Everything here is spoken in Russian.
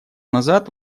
назад